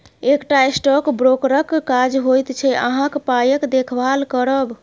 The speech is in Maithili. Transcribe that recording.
एकटा स्टॉक ब्रोकरक काज होइत छै अहाँक पायक देखभाल करब